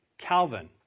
Calvin